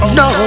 no